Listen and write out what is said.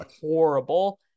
horrible